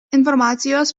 informacijos